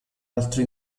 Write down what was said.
altro